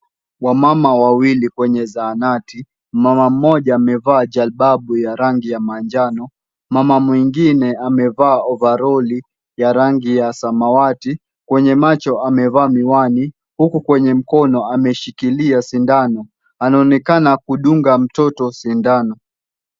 Wamama wawili kwenye zahanati. Mama moja amevaa hijabu ya rangi ya manjano. Mama mwingine amevaa ovaroli ya rangi ya samawati. Kwenye macho amevaa miwani. Huku kwenye mkono ameshikilia sindano. Anaonekana kudunga mtoto sindano.